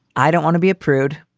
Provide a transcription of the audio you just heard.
i don't want to be a prude.